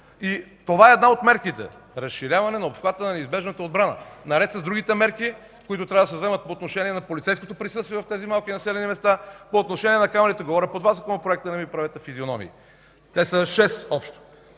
Това е една от мерките – разширяване на обхвата на неизбежната отбрана, наред с другите мерки, които трябва да се вземат по отношение на полицейското присъствие в тези малки населени места, по отношение на камерите. (Шум и реплики.) Говоря по два законопроекта, не ми правете физиономии! Те са шест общо.